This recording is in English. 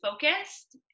focused